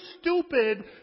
stupid